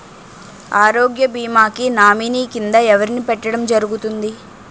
ఆరోగ్య భీమా కి నామినీ కిందా ఎవరిని పెట్టడం జరుగతుంది?